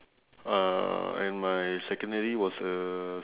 uh and my secondary was uh